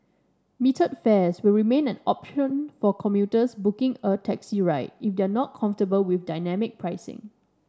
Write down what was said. metered fares will remain an option for commuters booking a taxi ride if they are not comfortable with dynamic pricing